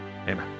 Amen